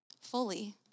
fully